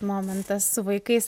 momentas su vaikais